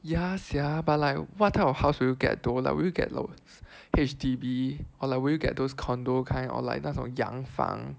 ya sia but like what type of house will you get though like will you get those H_D_B or like will you get those condo kind or like 那种洋房